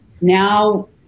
now